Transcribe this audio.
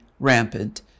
rampant